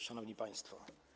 Szanowni Państwo!